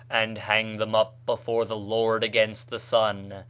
and hang them up before the lord against the sun,